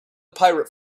pirate